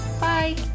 Bye